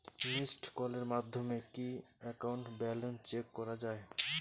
Missed কলের মাধ্যমে কি একাউন্ট ব্যালেন্স চেক করা যায়?